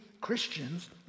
Christians